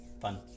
fun